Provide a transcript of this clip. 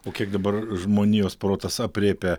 o kiek dabar žmonijos protas aprėpia